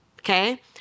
Okay